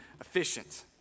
efficient